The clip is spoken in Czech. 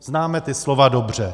Známe ta slova dobře.